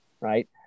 right